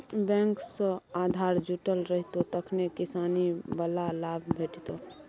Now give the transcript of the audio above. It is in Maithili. बैंक सँ आधार जुटल रहितौ तखने किसानी बला लाभ भेटितौ